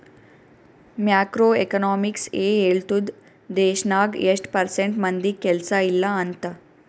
macro economics ಎ ಹೇಳ್ತುದ್ ದೇಶ್ನಾಗ್ ಎಸ್ಟ್ ಪರ್ಸೆಂಟ್ ಮಂದಿಗ್ ಕೆಲ್ಸಾ ಇಲ್ಲ ಅಂತ